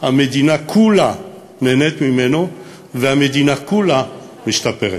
המדינה כולה נהנית ממנו והמדינה כולה משתפרת.